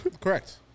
Correct